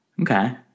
Okay